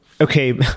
okay